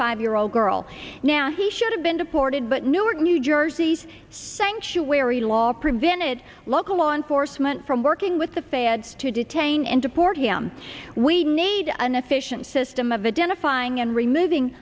five year old girl now he should have been deported but newark new jersey sanctuary law prevented local law enforcement from working with the feds to detain and deport him we need an efficient system of adana fine and removing